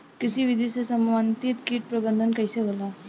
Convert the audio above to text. कृषि विधि से समन्वित कीट प्रबंधन कइसे होला?